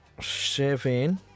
seven